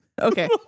Okay